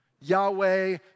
Yahweh